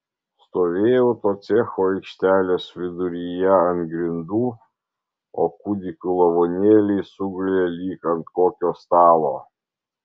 stovėjau to cecho aikštelės viduryje ant grindų o kūdikių lavonėliai sugulė lyg ant kokio stalo